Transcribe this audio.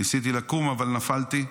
ניסיתי לקום, אבל נפלתי.